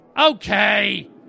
Okay